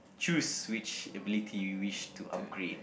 choose which ability you wish to upgrade